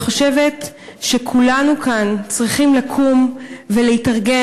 אני חושבת שכולנו כאן צריכים לקום ולהתארגן,